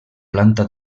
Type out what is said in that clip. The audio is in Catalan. planta